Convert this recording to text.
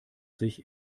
sich